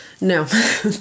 No